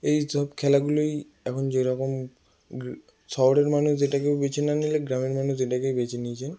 এইসব খেলাগুলোই এখন যেরকম গ্রা শহরের মানুষ যেটাকে বেছে না নিলে গ্রামের মানুষ এটাকে বেছে নিয়েছে